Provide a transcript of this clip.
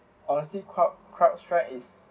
honestly crowd crowd strike is